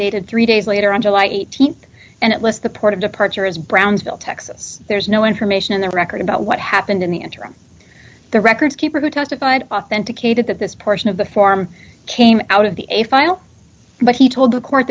dated three days later on july th and it was the point of departure is brownsville texas there's no information in the record about what happened in the interim the records keeper who testified authenticated that this portion of the form came out of the a final but he told the court